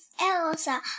Elsa